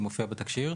היא מופיעה בתקשי"ר.